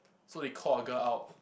so they call a girl out